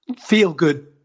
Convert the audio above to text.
feel-good